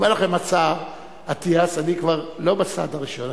אומר לכם השר אטיאס: אני כבר לא בצעד הראשון,